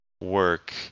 work